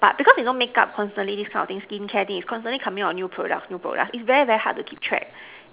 but because you know makeup constantly this kind of thing skin care thing is constantly coming up with new products new products it's very very hard to keep track